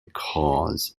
cause